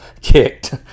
kicked